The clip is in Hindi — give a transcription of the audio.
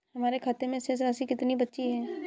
हमारे खाते में शेष राशि कितनी बची है?